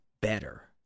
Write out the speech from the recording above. better